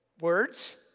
words